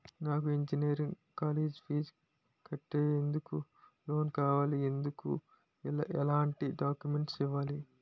నాకు engineering college fees కట్టేందుకు loan కావాలి, ఎందుకు ఎలాంటి డాక్యుమెంట్స్ ఇవ్వాలి?